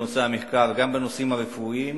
גם בנושאים הרפואיים.